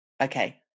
Okay